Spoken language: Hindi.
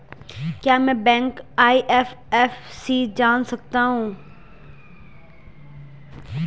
क्या मैं बैंक का आई.एफ.एम.सी जान सकता हूँ?